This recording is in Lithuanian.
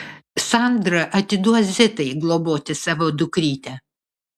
sandra atiduos zitai globoti savo dukrytę